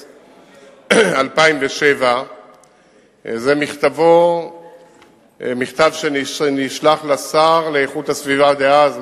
2007. זה מכתב שנשלח לשר לאיכות הסביבה דאז,